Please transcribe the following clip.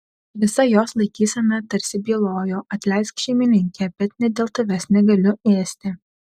visa jos laikysena tarsi bylojo atleisk šeimininke bet net dėl tavęs negaliu ėsti